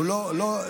הוא לא,